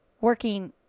working